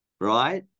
right